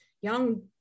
young